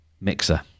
mixer